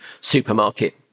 supermarket